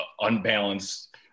unbalanced